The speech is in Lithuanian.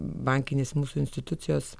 bankinės mūsų institucijos